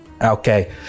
Okay